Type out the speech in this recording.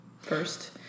first